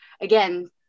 again